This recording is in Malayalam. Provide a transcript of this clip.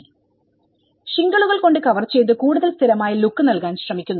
ഷിംഗിളുകൾ കൊണ്ട് കവർ ചെയ്തു കൂടുതൽ സ്ഥിരമായ ലുക്ക് നൽകാൻ ശ്രമിക്കുന്നു